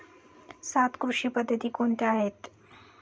सात कृषी पद्धती कोणत्या आहेत?